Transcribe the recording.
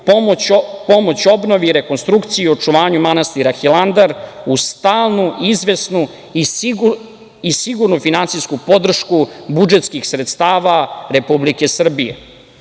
pomoć obnovi i rekonstrukciji o očuvanju manastira Hilandar u stalnu, izvesnu i sigurnu finansijsku podršku budžetskih sredstava Republike Srbije. Odmah